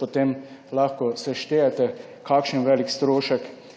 potem lahko seštejete, kakšen velik strošek